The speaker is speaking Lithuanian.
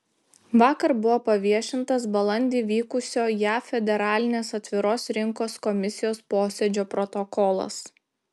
vakar buvo paviešintas balandį vykusio jav federalinės atviros rinkos komisijos posėdžio protokolas